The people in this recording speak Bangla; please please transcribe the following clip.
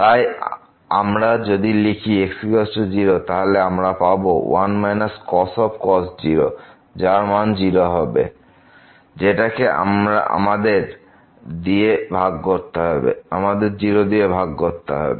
তাই আমরা যদি লিখি x 0 তাহলে আমরা পাব 1 cos 0 যার মান হবে 0 যেটাকে আমাদের 0 দিয়ে ভাগ করতে হবে